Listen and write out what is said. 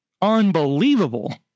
unbelievable